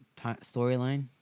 storyline